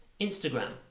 Instagram